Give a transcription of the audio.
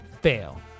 fail